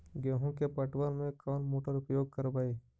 गेंहू के पटवन में कौन मोटर उपयोग करवय?